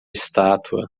estátua